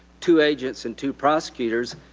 two agents and two prosecutors,